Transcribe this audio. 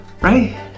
right